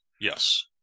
Yes